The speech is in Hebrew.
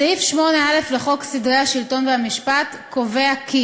סעיף 8(א) לחוק סדרי השלטון והמשפט קובע כי